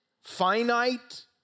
finite